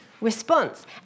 response